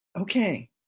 Okay